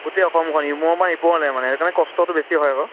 গোটেই অসমখন ইমূৰৰপৰা সিমূৰলৈ মানে সেইকাৰণে কষ্টটো বেছি হয় আকৌ